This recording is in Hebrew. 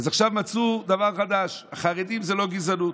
אז עכשיו מצאו דבר חדש: החרדים זה לא גזענות.